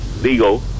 legal